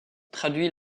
traduit